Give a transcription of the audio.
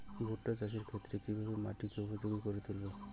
ভুট্টা চাষের ক্ষেত্রে কিভাবে মাটিকে উপযোগী করে তুলবো?